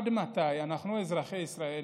עד מתי אנחנו, אזרחי ישראל,